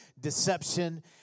deception